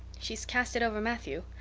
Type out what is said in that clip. she's cast it over matthew.